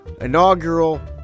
inaugural